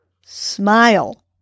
smile